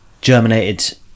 germinated